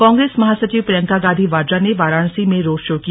कांग्रेस महासचिव प्रियंका गांधी वाड़ा ने वाराणसी में रोड शो किया